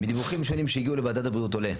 מדיווחים שונים שהגיעו לוועדת הבריאות עולה,